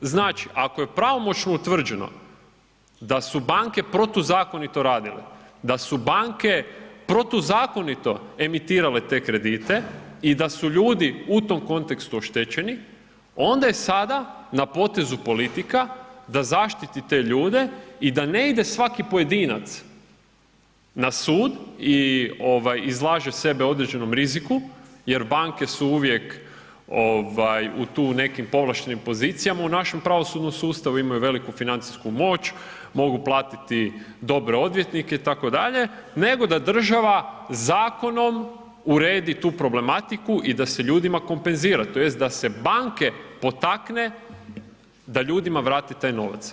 Znači, ako je pravomoćno utvrđeno da su banke protuzakonito radile, da su banke protuzakonito emitirale te kredite i da su ljudi u tom kontekstu oštećeni, onda je sada na potezu politika da zaštiti te ljude i da ne ide svaki pojedinac na sud i izlaže sebe određenom riziku jer banke su uvijek tu u nekim povlaštenim pozicijama, u našem pravosudnom sustavu imaju veliku financijsku moć, mogu platiti dobre odvjetnike itd., nego da država zakonom uredi tu problematiku i da se ljudima kompenzira tj. da se banke potakne da ljudima vrate taj novac.